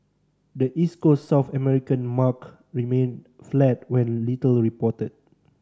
the East Coast South American market remained flat with little reported